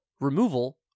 removal